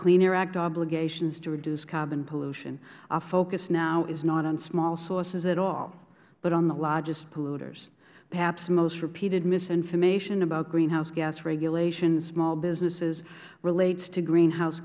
clean air act obligations to reduce carbon pollution our focus now is not on small sources at all but on the largest polluters perhaps the most repeated misinformation about greenhouse gas regulation and small businesses relates to greenhouse